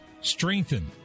strengthen